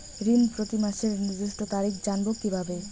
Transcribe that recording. ঋণ প্রতিমাসের নির্দিষ্ট তারিখ জানবো কিভাবে?